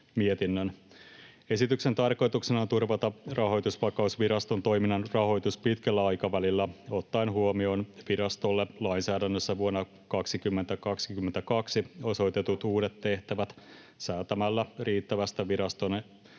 Esityksen tarkoituksena on turvata Rahoitusvakausviraston toiminnan rahoitus pitkällä aikavälillä ottaen huomioon virastolle lainsäädännössä vuonna 2022 osoitetut uudet tehtävät säätämällä riittävästä viraston